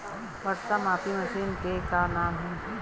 वर्षा मापी मशीन के का नाम हे?